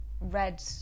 read